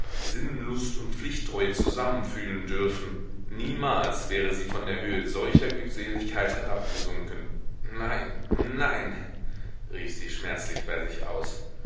sinnenlust und pflichttreue zusammen fühlen dürfen niemals wäre sie von der höhe solcher glückseligkeit herabgesunken nein nein rief sie schmerzlich bei sich aus